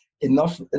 Enough